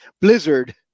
blizzard